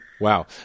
Wow